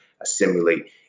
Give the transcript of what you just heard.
assimilate